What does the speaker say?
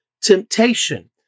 temptation